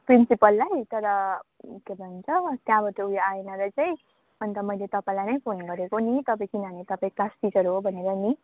प्रिन्सिपललाई तर के भन्छ त्यहाँबाट ऊ यो आएन र चाहिँ अन्त मैले तपाईँलाई नै फोन गरेको नि तपाईँ किनभने तपाईँ क्लास टिचर हो भनेर नि